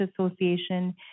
Association